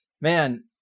man